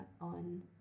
on